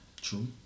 True